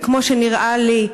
וכמו שנראה לי,